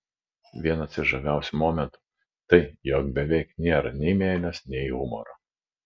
vienas iš žaviausių momentų tai jog beveik nėra nei meilės nei humoro